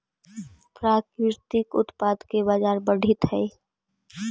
प्राकृतिक उत्पाद के बाजार बढ़ित हइ